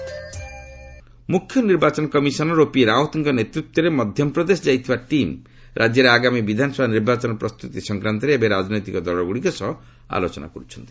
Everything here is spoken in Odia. ଇଲେକ୍ସନ୍ କମିଶନ ଏମ୍ପି ମୁଖ୍ୟ ନିର୍ବାଚନ କମିଶନର ଓପି ରାଓତଙ୍କ ନେତୃତ୍ୱରେ ମଧ୍ୟପ୍ରଦେଶ ଯାଇଥିବା ଟିମ୍ ରାଜ୍ୟରେ ଆଗାମୀ ବିଧାନସଭା ନିର୍ବାଚନ ପ୍ରସ୍ତୁତି ସଂକ୍ରାନ୍ତରେ ଏବେ ରାଜନୈତିକ ଦଳଗୁଡ଼ିକ ସହ ଆଲୋଚନା କରୁଛନ୍ତି